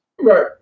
Right